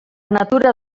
natura